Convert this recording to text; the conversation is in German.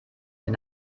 der